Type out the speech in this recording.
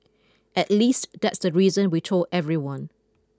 at least that's the reason we told everyone